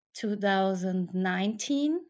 2019